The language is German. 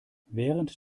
während